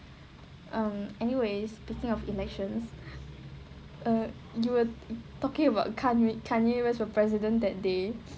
um anyways speaking of elections uh you were talking about kan~ kanye west ran for president that day